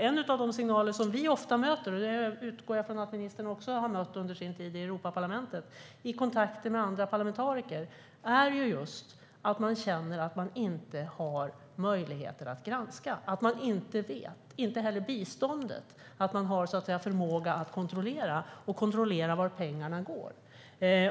En av de signaler som vi ofta får - det utgår jag från att ministern också har mött under sin tid i Europaparlamentet - i kontakter med andra parlamentariker är just att de känner att de inte har möjligheter att granska och att de inte vet - inte heller i fråga om biståndet - och inte har förmåga att kontrollera vart pengarna går.